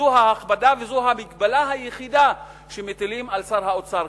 זו ההכבדה וזו המגבלה היחידה שמטילים על שר האוצר.